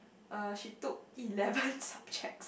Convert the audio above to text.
uh she took eleven subjects